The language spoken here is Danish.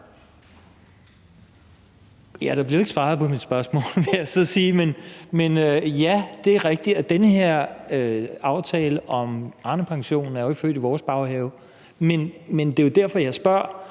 (V): Der blev ikke svaret på mit spørgsmål, vil jeg så sige. Men ja, det er rigtigt, at den her aftale om Arnepension jo ikke er groet i vores baghave, men det er jo derfor, jeg spørger: